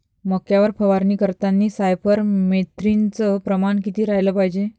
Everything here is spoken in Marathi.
मक्यावर फवारनी करतांनी सायफर मेथ्रीनचं प्रमान किती रायलं पायजे?